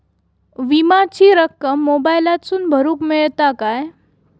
विमाची रक्कम मोबाईलातसून भरुक मेळता काय?